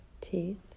teeth